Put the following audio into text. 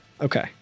Okay